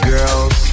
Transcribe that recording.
Girls